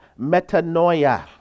metanoia